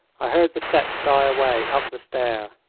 i heard the steps die away up the stair.